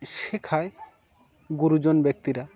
শেখায় গুরুজন ব্যক্তিরা